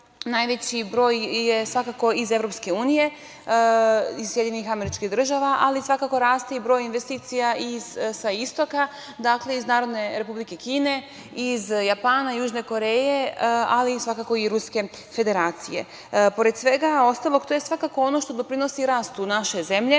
najveći broj je svakako iz EU, iz SAD, ali svakako raste i broj investicija sa istoka, iz Narodne Republike Kine, iz Japan, Južne Koreje, ali svakako i Ruske Federacije. Pored svega ostalog to je svakako ono što doprinosi rastu naše zemlje